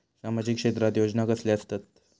सामाजिक क्षेत्रात योजना कसले असतत?